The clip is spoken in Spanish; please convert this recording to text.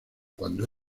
cuando